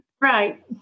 Right